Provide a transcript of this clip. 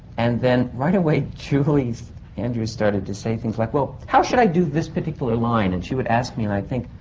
and then right away, julie andrews started to say things like, well how should i do this particular line? and she would ask me and i would think,